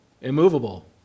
immovable